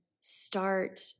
start